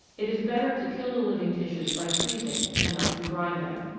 it is better to kill the living tissues by freezing and not to grind them.